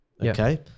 Okay